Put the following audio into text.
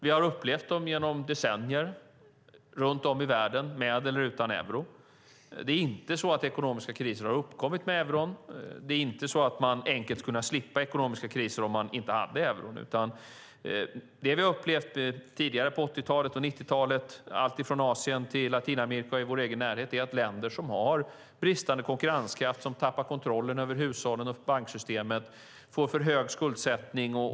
Vi har upplevt dem genom decennier runt om i världen, med eller utan euro. Det är inte så att ekonomiska kriser har uppkommit med euron. Det är inte så att man enkelt skulle kunna slippa ekonomiska kriser om man inte hade euron, utan det vi har upplevt tidigare på 80-talet och 90-talet - i alltifrån Asien till Latinamerika och i vår egen närhet - är att länder som har bristande konkurrenskraft och tappar kontrollen över hushållen och banksystemet får för hög skuldsättning.